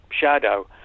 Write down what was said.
shadow